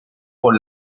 por